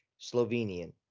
Slovenian